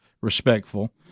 respectful